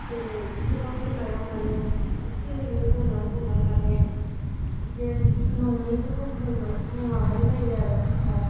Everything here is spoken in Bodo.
जेरै खौरां बिलाइआव माने इसे इनै बुंनायावनो बुंनायावनो माने इसे नङैखौबो बुंदला बुंलांनाय जायो आरो समाव